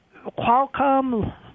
Qualcomm